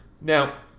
now